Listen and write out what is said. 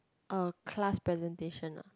a class presentation ah